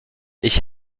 ich